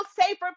safer